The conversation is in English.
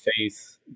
faith